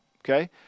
Okay